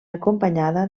acompanyada